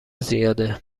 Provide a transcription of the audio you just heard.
زیاده